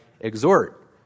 exhort